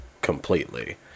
completely